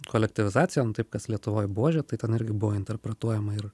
kolektyvizacija nu taip kas lietuvoj buožė tai ten irgi buvo interpretuojama ir